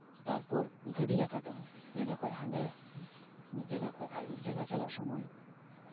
ᱛᱟᱨᱯᱚᱨ ᱜᱟᱹᱰᱤ ᱞᱮᱠᱟ ᱛᱮᱦᱚᱸ ᱱᱚᱸᱰᱮ ᱠᱷᱚᱱ ᱦᱟᱸᱰᱮ ᱢᱤᱫ ᱡᱟᱭᱜᱟ ᱠᱷᱚᱱ ᱟᱨ ᱢᱤᱫ ᱡᱟᱭᱜᱟ ᱪᱟᱞᱟᱜ ᱥᱚᱢᱚᱭ